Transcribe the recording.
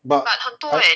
but 他